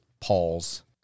Paul's